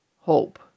hope